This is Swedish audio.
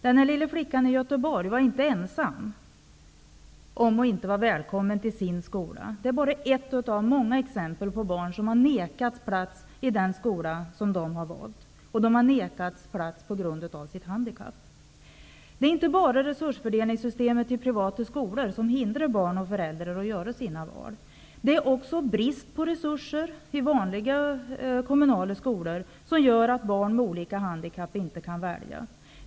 Den lilla flickan i Göteborg som det nyss var tal om var inte ensam om att inte vara välkommen till sin skola. Hon är bara ett av många exempel på barn som har nekats plats i den skola som de har valt, och de har nekats plats på grund av sitt handikapp. Det är inte bara systemet för resursfördelning till privatskolor som hindrar barn och föräldrar att göra sina val. Det är också brist på resurser i vanliga kommunala skolor som gör att barn med olika handikapp inte kan välja.